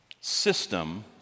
system